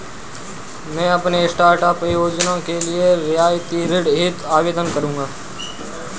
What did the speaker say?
मैं अपने स्टार्टअप योजना के लिए रियायती ऋण हेतु आवेदन करूंगा